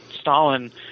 Stalin